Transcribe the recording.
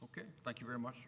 ok thank you very much